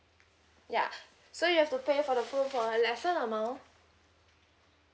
ya so you have to pay for the phone for a lesser amount